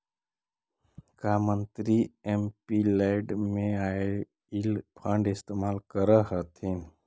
का मंत्री एमपीलैड में आईल फंड इस्तेमाल करअ हथीन